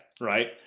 right